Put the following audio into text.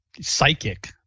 psychic